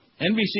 NBC